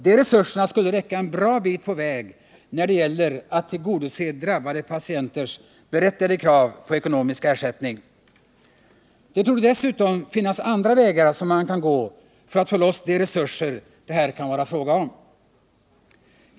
De resurserna skulle räcka en bra bit på väg, när det gäller att tillgodose drabbade patienters berättigade krav på ersättning. Det torde dessutom finnas andra vägar som man kan gå för att få loss de resurser det här kan vara fråga om.